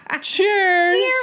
Cheers